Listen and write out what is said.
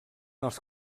els